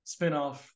spinoff